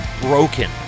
broken